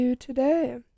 today